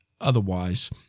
otherwise